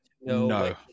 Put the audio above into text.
no